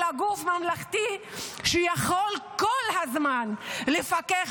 אלא גוף ממלכתי שיכול כל הזמן לפקח,